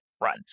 run